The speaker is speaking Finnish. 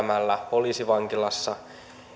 olisi muun muassa